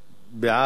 בעד, 6,